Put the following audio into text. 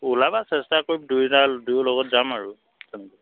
ওলাবা চেষ্টা কৰিম দুইটা দুয়ো লগত যাম আৰু তেনেকৈ